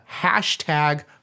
hashtag